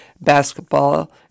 basketball